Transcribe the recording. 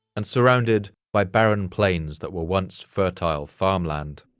and surrounded by barren plains that were once fertile farmland.